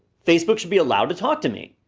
facebook should be allowed to talk to me.